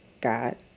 God